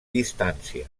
distància